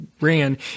ran